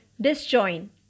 disjoin